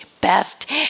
best